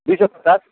दुई सौ पचास